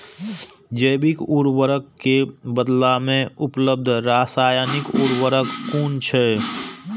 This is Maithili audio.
जैविक उर्वरक के बदला में उपलब्ध रासायानिक उर्वरक कुन छै?